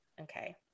Okay